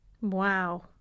wow